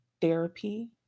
therapy